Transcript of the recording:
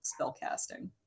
spellcasting